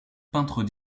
peintres